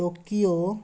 Tokyo